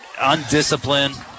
undisciplined